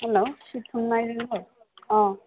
hello ꯁꯤ ꯊꯨꯝꯉꯥꯏꯔꯤꯡꯔꯣ ꯑꯥ